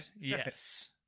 yes